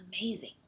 amazing